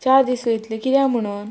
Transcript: चार दीस वयतले किद्या म्हणोन